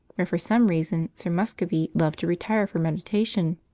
where for some reason sir muscovy loved to retire for meditation.